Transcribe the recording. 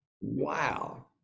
Wow